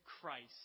Christ